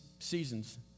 Seasons